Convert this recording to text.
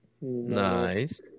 Nice